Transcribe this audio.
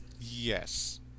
Yes